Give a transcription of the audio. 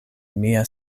mia